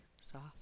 soft